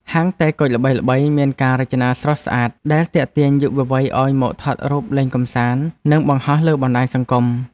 ហាងតែគុជល្បីៗមានការរចនាស្រស់ស្អាតដែលទាក់ទាញយុវវ័យឱ្យមកថតរូបលេងកម្សាន្តនិងបង្ហោះលើបណ្តាញសង្គម។